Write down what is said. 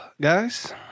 Guys